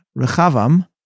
Rechavam